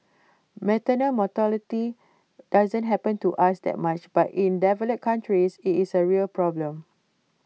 maternal mortality doesn't happen to us that much but in develop countries IT is A real problem